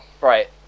right